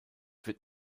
wird